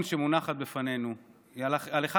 קודם כול אני מנצל את הבמה להודות לך על שבוע שעבר,